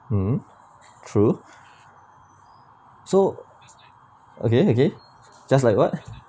mm true so okay okay just like what